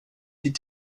die